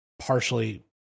Partially